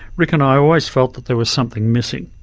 rick and i always felt that there was something missing.